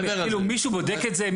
מישהו בודק את זה?